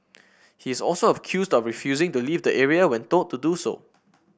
he is also accused of refusing to leave the area when told do so